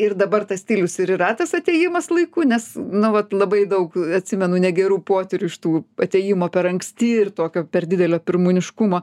ir dabar tas stilius ir yra tas atėjimas laiku nes nu vat labai daug atsimenu negerų potyrių iš tų atėjimo per anksti ir tokio per didelio pirmūniškumo